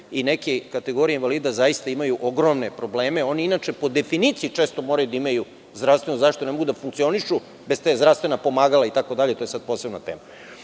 i neke kategorije invalida zaista imaju ogromne probleme. Oni inače po definiciji često moraju da imaju zdravstvenu zaštitu jer ne mogu da funkcionišu bez zdravstvenih pomagala itd. to je sada posebna